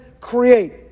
create